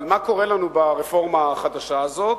אבל מה קורה לנו ברפורמה החדשה הזאת?